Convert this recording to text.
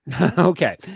Okay